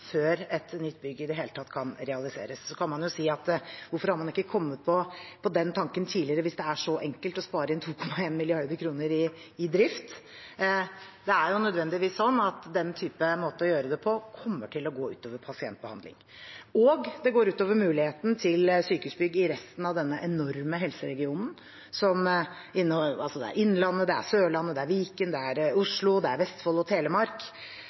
før et nytt bygg i det hele tatt kan realiseres. Så kan man jo spørre hvorfor man ikke har kommet på den tanken tidligere, hvis det er så enkelt å spare inn 2,1 mrd. kr på drift. Det er jo nødvendigvis sånn at den måten å gjøre det på kommer til å gå ut over pasientbehandlingen. Og det går ut over muligheten til sykehusbygg i resten av denne enorme helseregionen. Det er Innlandet, Sørlandet, Viken, Oslo, Vestfold og Telemark. Vi så f.eks. at sykehuset på Kalnes ble nedskalert på grunn av pengemangel. Så jeg mener det er